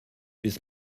bis